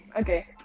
Okay